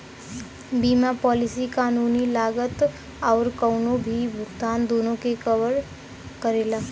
बीमा पॉलिसी कानूनी लागत आउर कउनो भी भुगतान दूनो के कवर करेला